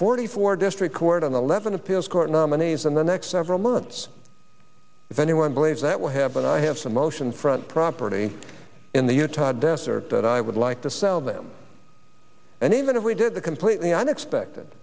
forty four district court on eleven appeals court nominees and the next several months if anyone believes that will happen i have some ocean front property in the utah desert that i would like to sell them and even if we did the completely unexpected